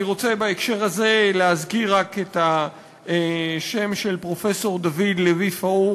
אני רוצה בהקשר הזה להזכיר רק את פרופסור דוד לוי-פאור,